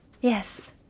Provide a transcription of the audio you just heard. Yes